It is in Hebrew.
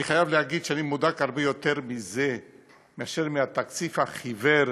אני חייב להגיד שאני מודאג מזה הרבה יותר מאשר מתקציב המדינה החיוור,